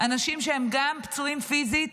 אנשים שהם גם פצועים פיזית